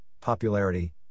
popularity